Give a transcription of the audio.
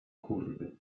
kurwy